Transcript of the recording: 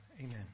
Amen